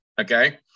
Okay